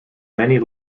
many